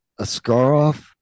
Ascaroff